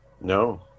No